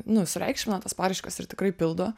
nu sureikšmina tas paraiškas ir tikrai pildo